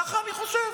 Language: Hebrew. ככה אני חושב.